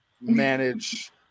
manage